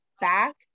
back